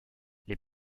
les